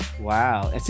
Wow